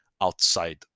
outside